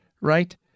Right